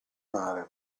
mare